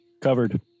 Covered